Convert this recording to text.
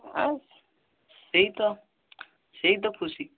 ଆଉ ସେଇତ ସେଇତ ଖୁସି